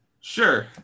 Sure